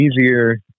easier